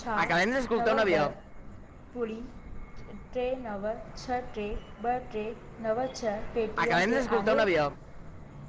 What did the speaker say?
छा नव ॿ ॿुड़ी टे नव छह टे ॿ टे नव छह पे टी एम ते आहे